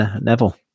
Neville